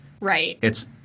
Right